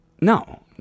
No